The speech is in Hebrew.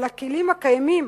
אבל הכלים הקיימים,